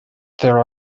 there